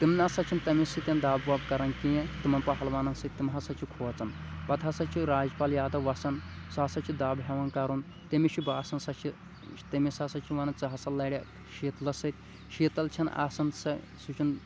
تِم ناسا چھِنہٕ تٔمِس سٮٍتۍ دَب وَب کَران کیٚنٛہہ تِمن پہلوانَن سٍتۍ تِم ہسا چھِ کھوژان پتہٕ ہسا چھُ راجپال یادو وسان سُہ ہسا چھُ دَب ہٮ۪وان کَرُن تٔمِس چھِ باسان سۅ چھِ تٔمِس ہسا چھِ ونان ژےٚ ہسا لڑٮ۪کھ شیٖتلس سٍتۍ شیٖتل چھَنہٕ آسان سۅ سُہ چھُنہٕ